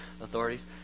authorities